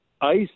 ICE